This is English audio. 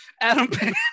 Adam